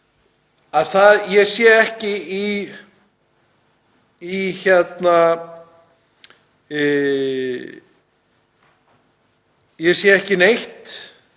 ég sé ekki neitt